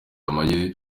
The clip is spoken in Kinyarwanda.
amagi